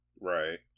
Right